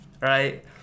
right